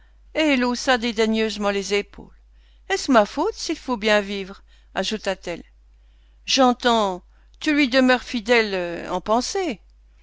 les épaules est-ce de ma faute s'il faut bien vivre ajouta-t-elle j'entends tu lui demeures fidèle en pensée